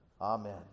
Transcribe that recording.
Amen